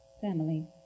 Family